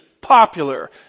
popular